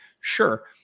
sure